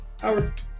Howard